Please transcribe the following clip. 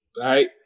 right